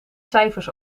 cijfers